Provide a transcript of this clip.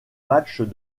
matchs